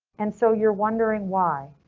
and so you're wondering why,